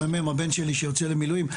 הבן שלי שיוצא למילואים.